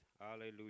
Hallelujah